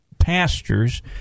pastors